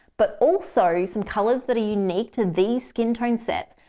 but also some colors that are unique to the skin tone sets,